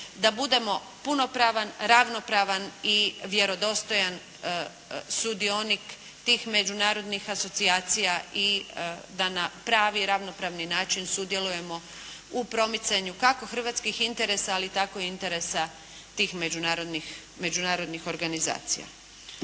da budemo punopravan, ravnopravan i vjerodostojan sudionik tih međunarodnih asocijacija i da na pravi i ravnopravni način sudjelujemo u promicanju kako hrvatskih interesa, ali tako i interesa tih međunarodnih organizacija.